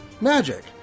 magic